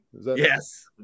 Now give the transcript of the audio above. Yes